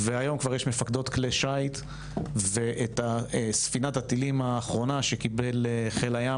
והיום כבר יש מפקדות כלי שיט ואת ספינת הטילים שקיבל חיל הים,